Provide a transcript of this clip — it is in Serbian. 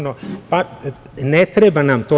Ne treba nam to.